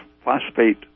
phosphate